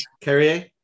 Carrier